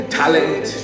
talent